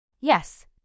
Yes